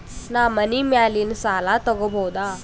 ನಾ ಮನಿ ಮ್ಯಾಲಿನ ಸಾಲ ತಗೋಬಹುದಾ?